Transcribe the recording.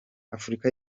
afurika